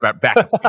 back